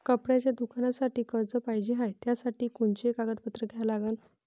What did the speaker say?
कपड्याच्या दुकानासाठी कर्ज पाहिजे हाय, त्यासाठी कोनचे कागदपत्र द्या लागन?